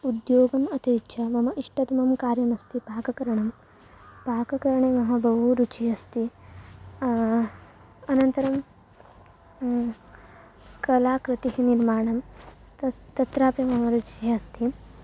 उद्योगम् अतिरिच्य मम इष्टतमं कार्यमस्ति पाककरणं पाककरणे मम बहु रुचिः अस्ति अनन्तरं कलाकृतिः निर्माणं तस् तत्रापि मम रुचिः अस्ति